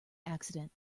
accident